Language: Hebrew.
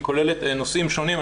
היא כוללת נושאים שונים,